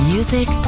Music